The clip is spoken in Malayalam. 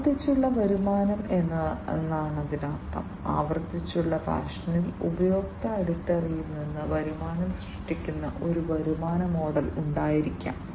ആവർത്തിച്ചുള്ള വരുമാനം എന്നതിനർത്ഥം ആവർത്തിച്ചുള്ള ഫാഷനിൽ ഉപഭോക്തൃ അടിത്തറയിൽ നിന്ന് വരുമാനം സൃഷ്ടിക്കുന്ന ഒരു വരുമാന മോഡൽ ഉണ്ടായിരിക്കാം